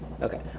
Okay